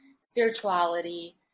spirituality